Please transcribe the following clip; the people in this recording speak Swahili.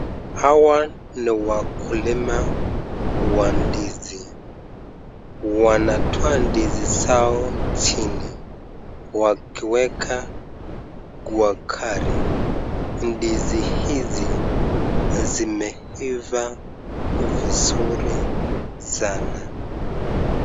Hawa ni wakulima wa ndizi, wanatoa ndizi zao chini wakiweka kwa gari. Ndizi hizi zimeiva vizuri sana.